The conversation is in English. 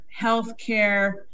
healthcare